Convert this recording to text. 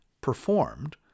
performed